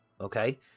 okay